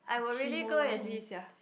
chimology sia